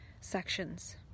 sections